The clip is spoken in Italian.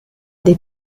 dei